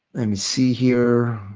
and see here.